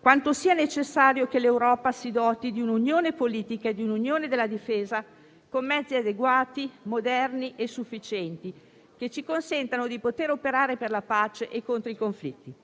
quanto sia necessario che l'Europa si doti di un'unione politica e di un'unione della difesa con mezzi adeguati, moderni e sufficienti, che ci consentano di poter operare per la pace e contro i conflitti.